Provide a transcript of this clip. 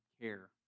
care